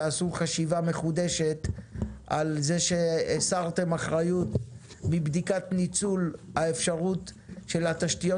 תעשו חשיבה מחודשת על זה שהסרתם אחריות מבדיקת ניצול האפשרות של התשתיות